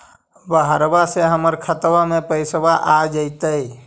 बहरबा से हमर खातबा में पैसाबा आ जैतय?